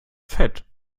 fett